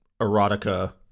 erotica